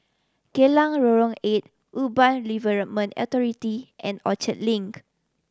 Geylang Lorong Eight Urban Redevelopment Authority and Orchard Link